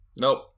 Nope